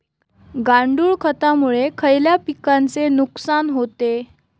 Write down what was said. गांडूळ खतामुळे खयल्या पिकांचे नुकसान होते?